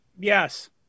Yes